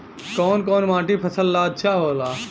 कौन कौनमाटी फसल ला अच्छा होला?